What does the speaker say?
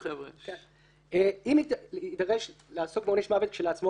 -- אם יידרש לעסוק בעונש מוות כשלעצמו,